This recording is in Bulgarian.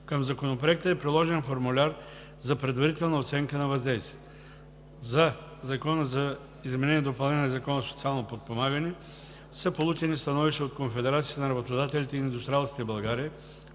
Към Законопроекта е приложен формуляр за предварителна оценка на въздействието. За Законопроекта за изменение и допълнение на Закона за социално подпомагане са получени становища от Конфедерацията на работодателите и индустриалците в България,